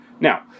Now